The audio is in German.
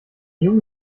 junge